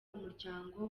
umuryango